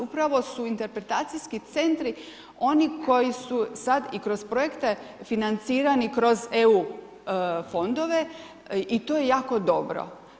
Upravo su interpretacijski centri, oni koji su sad i kroz projekte financirani i kroz EU fondove i to je jako dobro.